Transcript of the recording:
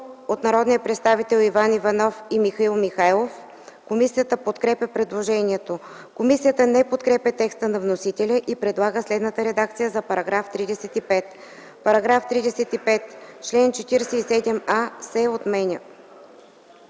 от народните представители Иван Иванов и Михаил Михайлов. Комисията подкрепя предложението. Комисията не подкрепя текста на вносителя и предлага следната редакция на § 35: „§ 35. Член 47а се отменя.”